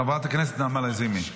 חברת הכנסת נעמה לזימי.